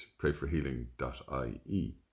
PrayForHealing.ie